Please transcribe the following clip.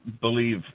believe